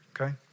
okay